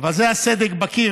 אבל זה היה סדק בקיר.